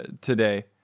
today